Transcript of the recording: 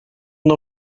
nou